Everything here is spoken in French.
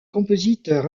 compositeur